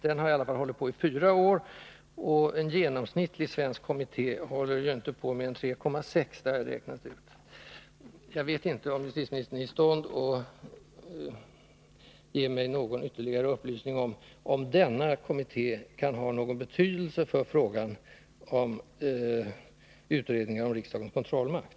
Den utredningen har hållit på i 4 år, och en genomsnittlig svensk kommitté håller inte på mer än 3,6 år — det har jag räknat ut. Jag vet inte om justitieministern är i stånd att ge mig någon ytterligare upplysning om huruvida denna kommitté kan ha någon betydelse för frågan om utredningen av riksdagens kontrollmakt.